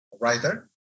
writer